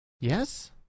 Yes